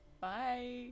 Bye